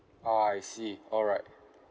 oh I see alright